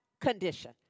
condition